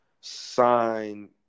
sign –